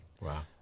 Wow